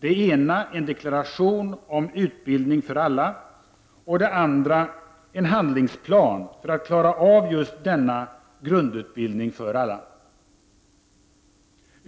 Det ena var en deklaration om utbildning för alla och det andra var en handlingsplan för att klara av just denna grundutbildning för alla.